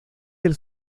del